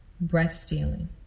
breath-stealing